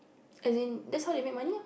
as in that's how they make money ah